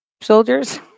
soldiers